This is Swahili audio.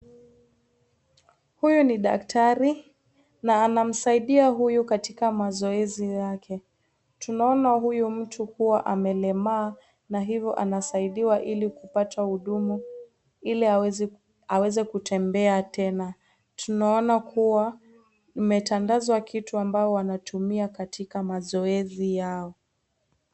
Uyu ni daktari na anamsaidia huyu katika mazoezi yake. Tunaona huyu mtu kuwa amelemaa na hivo anasaidiwa ili kupata hudumu ili aweze kutembea tena. Tunaona kuwa imetandazwa kitu ambayo anatumia katika mazoezi yao.